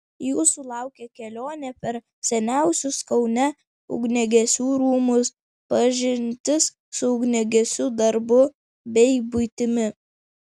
jūsų laukia kelionė per seniausius kaune ugniagesių rūmus pažintis su ugniagesiu darbu bei buitimi